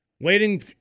waiting